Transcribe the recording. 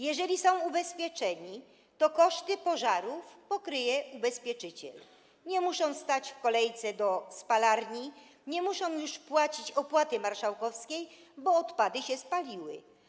Jeżeli są ubezpieczeni, to koszty pożarów pokryje ubezpieczyciel, nie muszą stać w kolejce do spalarni, nie muszą już uiszczać opłaty marszałkowskiej, bo odpady się spaliły.